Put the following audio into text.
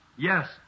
Yes